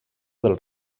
del